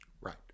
Right